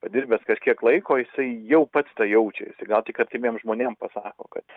padirbęs kažkiek laiko jisai jau pats jaučia jisai gal tik artimiem žmonėm pasako kad